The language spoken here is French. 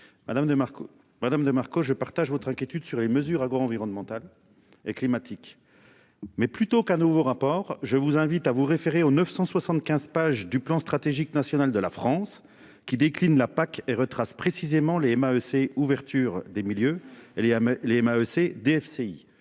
Madame de Marco. Je partage votre inquiétude sur les mesures agro-environnementales et climatiques. Mais plutôt qu'un nouveau rapport, je vous invite à vous référer aux 975 pages du plan stratégique national de la France qui décline la PAC et retrace précisément les MAEC. Ouverture des milieux. Elle y a l'EMA EC DFCI